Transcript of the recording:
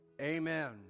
Amen